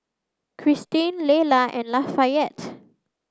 Kristin Leyla and Lafayette